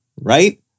right